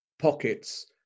pockets